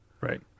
Right